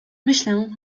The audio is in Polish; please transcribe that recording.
myślę